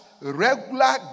regular